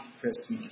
Christmas